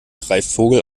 greifvogel